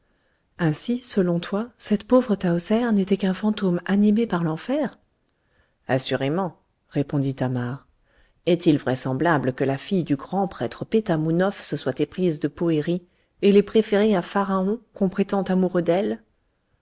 ainsi selon toi cette pauvre tahoser n'était qu'un fantôme animé par l'enfer assurément répondit thamar est-il vraisemblable que la fille du grand prêtre pétamounoph se soit éprise de poëri et l'ait préféré à pharaon qu'on prétend amoureux d'elle